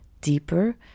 deeper